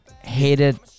hated